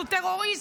שהוא טרוריסט,